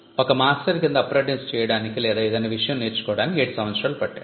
ఒక మాస్టర్ కింద అప్రెంటిస్ చేయడానికి లేదా ఏదైనా విషయం నేర్చుకోవడానికి 7 సంవత్సరాలు పట్టేది